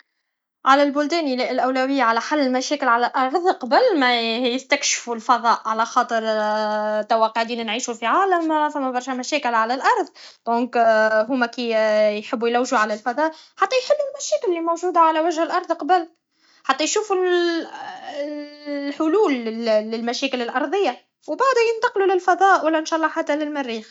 على البلدان الاوليه على حل المشاكل على الأرض قبل ما يستكشفو لفضاء على خاطر توا قاعدين نعيشو في عالم و برشه مشاكل على الأرض دونك هما كي يحبو يلوجو على الفضاء حتى يحلو المشاكل لي موجوده على وجه الأرض قبل حتى يشوفو الحلول للمشاكل الارضيه و بعدها ينتقلو للفضاء ولانشالله للمريخ